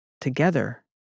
Together